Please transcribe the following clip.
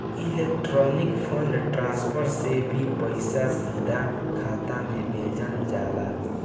electronic fund transfer से भी पईसा सीधा खाता में भेजल जाला